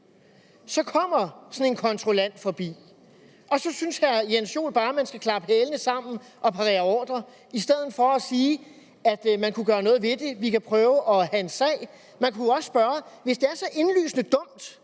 Så kommer der sådan en kontrollant forbi, og så synes hr. Jens Joel bare, at man skal klappe hælene sammen og parere ordre i stedet for at sige, at man kunne gøre noget ved det, f.eks. at man kunne prøve at føre en sag. Man kunne jo også spørge: Hvis det, som EU vil i den